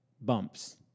bumps